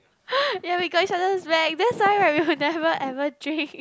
ya we got each other's back that's why right we will never ever drink